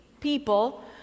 people